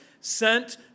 sent